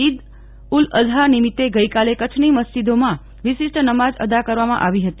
ઇદ ઉલ અઝહા નિમિત્તે ગઈકાલે કચ્છની મસ્જિદોમાં વિશિષ્ટ નમાજ અદા કરવામાં આવી હતી